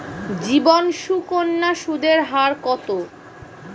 জীবন সুকন্যা সুদের হার কত?